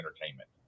Entertainment